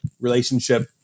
relationship